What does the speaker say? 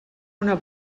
una